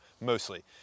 mostly